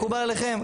מקובל עליכם?